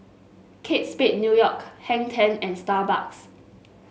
Kate Spade New York Hang Ten and Starbucks